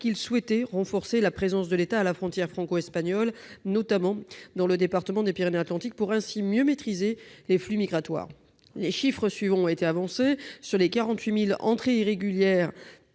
souhaiter renforcer la présence de l'État à la frontière franco-espagnole, notamment dans le département des Pyrénées-Atlantiques, pour ainsi mieux maîtriser les flux migratoires. Les chiffres suivants ont été avancés : sur les 48 000 entrées irrégulières